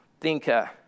Thinker